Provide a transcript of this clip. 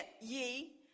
ye